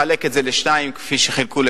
היא מעבירה את זה לארגונים חיצוניים,